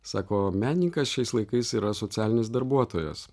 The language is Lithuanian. sako menininkas šiais laikais yra socialinis darbuotojas